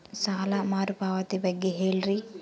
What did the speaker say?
ಸಾಲ ಮರುಪಾವತಿ ಬಗ್ಗೆ ಹೇಳ್ರಿ?